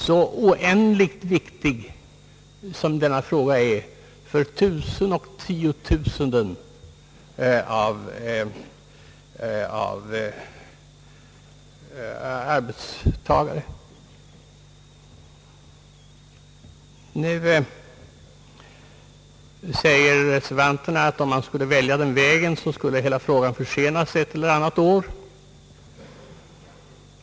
Den är ju så enormt väsentlig för tiotusentals arbetstagare. Nu säger reservanterna, att om man valde den vägen skulle hela frågan försenas ett eller annat år.